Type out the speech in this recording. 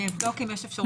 אני אבדוק אם יש אפשרות.